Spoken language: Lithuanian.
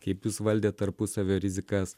kaip jūs valdėt tarpusavio rizikas